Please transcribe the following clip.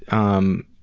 um,